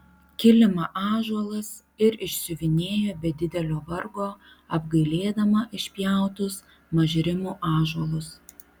kilimą ąžuolas ir išsiuvinėjo be didelio vargo apgailėdama išpjautus mažrimų ąžuolus